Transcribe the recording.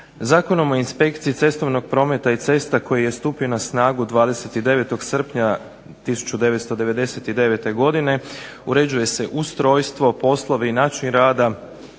Zakonom o inspekciji cestovnog prometa i cesta koji je stupio na snagu 29. srpnja 1999. godine uređuje se ustrojstvo, poslovi i način rada,